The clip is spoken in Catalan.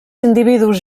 individus